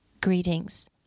greetings